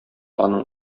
аның